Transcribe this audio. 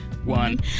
one